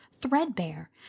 threadbare